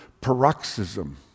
paroxysm